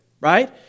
right